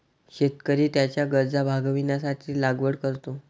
शेतकरी त्याच्या गरजा भागविण्यासाठी लागवड करतो